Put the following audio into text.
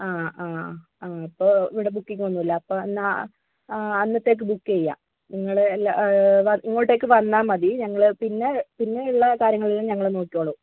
ആ ആ ആ അപ്പോൾ ഇവിടെ ബുക്കിംഗ് ഒന്നുമില്ല അപ്പോന്നാൽ ആ അന്നത്തേക്ക് ബുക്ക് ചെയ്യുക നിങ്ങൾ എല്ലാ ഇങ്ങോട്ടേക്ക് വന്നാൽ മതി ഞങ്ങൾ പിന്നെ പിന്നെയുള്ള കാര്യങ്ങളെല്ലാം ഞങ്ങൾ നോക്കിക്കൊള്ളും